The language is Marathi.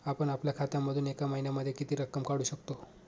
आपण आपल्या खात्यामधून एका महिन्यामधे किती रक्कम काढू शकतो?